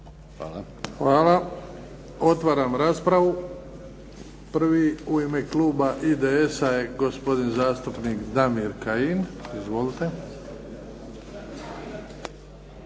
Hvala. Otvaram raspravu. Prvi u ime Kluba IDS-a je gospodin zastupnik Damir Kajin. Izvolite.